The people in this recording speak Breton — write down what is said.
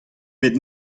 bet